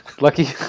Lucky